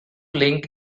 link